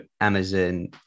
Amazon